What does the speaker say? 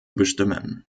bestimmen